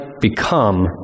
become